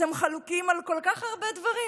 אתם חלוקים על כל כך הרבה דברים,